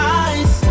eyes